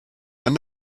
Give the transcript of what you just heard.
and